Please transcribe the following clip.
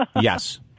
Yes